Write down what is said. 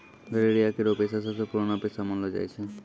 गड़ेरिया केरो पेशा सबसें पुरानो पेशा मानलो जाय छै